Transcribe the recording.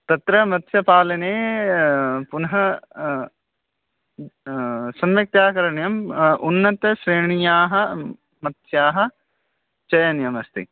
तत्र मत्स्यपालने पुनः सम्यक्तया करणीयम् उन्नतश्रेण्याः मत्स्यान् चयनीयमस्ति